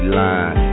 line